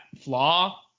flaw